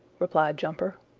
replied jumper.